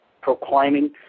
proclaiming